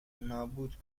نابود